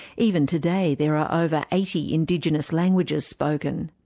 even today there are over eighty indigenous languages spoken.